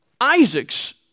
Isaac's